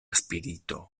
spirito